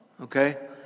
okay